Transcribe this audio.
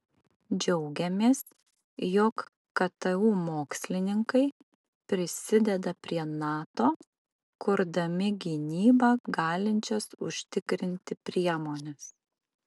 džiaugiamės jog ktu mokslininkai prisideda prie nato kurdami gynybą galinčias užtikrinti priemones